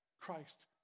Christ